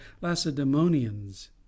lacedaemonians